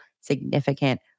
significant